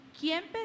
¿quién